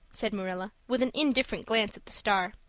said marilla, with an indifferent glance at the star.